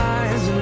eyes